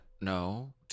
no